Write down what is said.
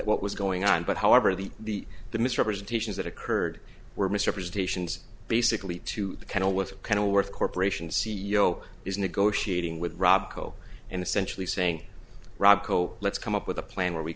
what was going on but however the the the misrepresentations that occurred were misrepresentations basically to the kennel with a kind of worth corporation c e o is negotiating with rob co and essentially saying rocco let's come up with a plan where we